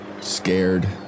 scared